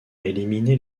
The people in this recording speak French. éliminer